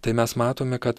tai mes matome kad